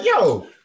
yo